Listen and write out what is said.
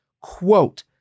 Quote